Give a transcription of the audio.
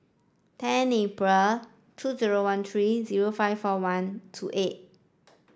ten April two zero one three zero five four one two eight